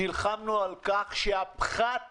נלחמנו על כך שהפחת